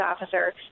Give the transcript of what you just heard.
officer